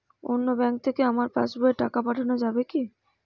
অন্য ব্যাঙ্ক থেকে আমার পাশবইয়ে টাকা পাঠানো যাবে কি?